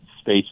space